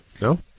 No